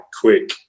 quick